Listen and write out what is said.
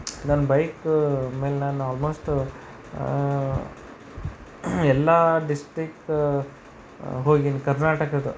ನನ್ನ ಬೈಕು ಮೇಲೆ ನಾನು ಆಲ್ಮೋಸ್ಟು ಎಲ್ಲ ಡಿಸ್ಟಿಕ್ ಹೋಗೀನಿ ಕರ್ನಾಟಕದ್ದು